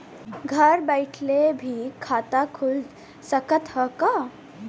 घरे बइठले भी खाता खुल सकत ह का?